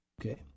Okay